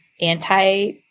anti